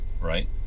right